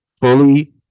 Fully